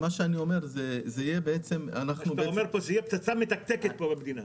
מה שאני אומר -- מה שאתה אומר זה שזה יהיה פצצה מתקתקת פה במדינה.